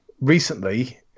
recently